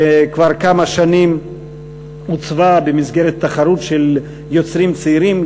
שכבר כמה שנים עוצבה במסגרת תחרות של יוצרים צעירים,